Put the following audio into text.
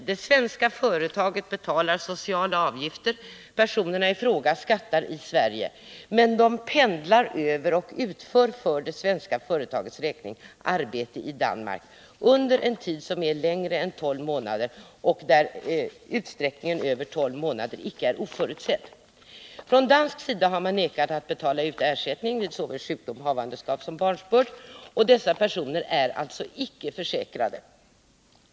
Det svenska företaget betalar sociala avgifter. Personerna i fråga betalar skatt i Sverige, men de pendlar över till Danmark och utför för det svenska företagets räkning arbete i Danmark under en tid som är längre än tolv månader och där utsträckningen över tolv månader inte är oförutsedd. Från dansk sida har man vägrat att betala ut ersättning vid sjukdom, havandeskap och barnsbörd. Dessa personer är alltså icke försäkrade.